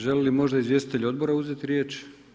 Želi li možda izvjestitelj odbora uzeti riječ?